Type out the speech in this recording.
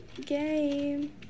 game